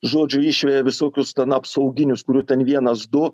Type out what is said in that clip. žodžiu išveja visokius ten apsauginius kurių ten vienas du